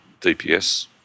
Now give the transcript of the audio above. DPS